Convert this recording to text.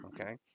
okay